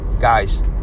Guys